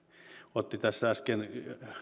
otti tässä äsken